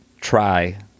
try